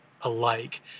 alike